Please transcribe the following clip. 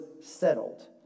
settled